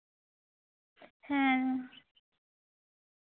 ᱦᱮᱸ